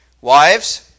Wives